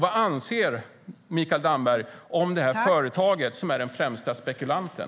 Vad anser Mikael Damberg om detta företag, som är den främsta spekulanten